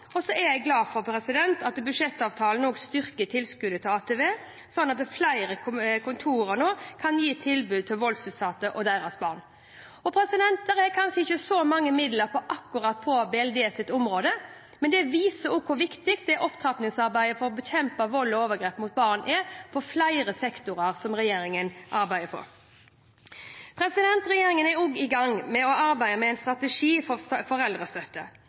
ikke så mange midler på akkurat BLDs område, men det viser hvor viktig opptrappingsarbeidet for å bekjempe vold og overgrep mot barn er på flere sektorer som regjeringen arbeider på. Regjeringen er også i gang med å arbeide med en strategi for foreldrestøtte.